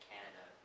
Canada